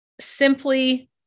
Simply